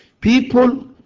people